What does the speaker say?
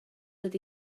ydy